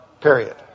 period